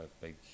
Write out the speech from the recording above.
big